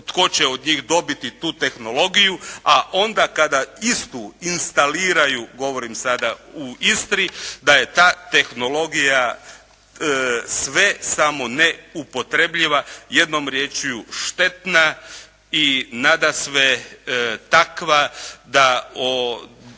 tko će od njih dobiti tu tehnologiju, a onda kada istu instaliraju govorim sada u Istri, da je ta tehnologija sve samo ne upotrebljiva, jednom riječju štetna i nadasve takva da o